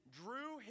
drew